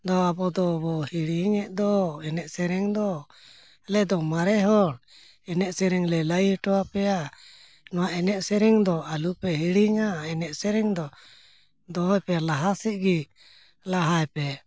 ᱫᱚ ᱟᱵᱚ ᱫᱚᱵᱚᱱ ᱦᱤᱲᱤᱧᱮᱫ ᱫᱚ ᱮᱱᱮᱡ ᱥᱮᱨᱮᱧ ᱫᱚ ᱟᱞᱮ ᱫᱚ ᱢᱟᱨᱮ ᱦᱚᱲ ᱮᱱᱮᱡ ᱥᱮᱨᱮᱧ ᱞᱮ ᱞᱟᱹᱭ ᱦᱚᱴᱚᱣ ᱟᱯᱮᱭᱟ ᱱᱚᱣᱟ ᱮᱱᱮᱡ ᱥᱮᱨᱮᱧ ᱫᱚ ᱟᱞᱚ ᱯᱮ ᱦᱤᱲᱤᱧᱟ ᱮᱱᱮᱡ ᱥᱮᱨᱮᱧ ᱫᱚ ᱫᱚᱦᱚᱭ ᱯᱮ ᱞᱟᱦᱟ ᱥᱮᱫ ᱜᱮ ᱞᱟᱦᱟᱭ ᱯᱮ